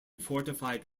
fortified